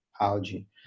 algae